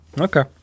Okay